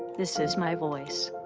this is my voice.